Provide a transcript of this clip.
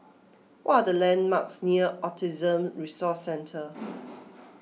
what are the landmarks near Autism Resource Centre